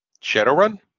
Shadowrun